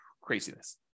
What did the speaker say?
Craziness